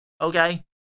okay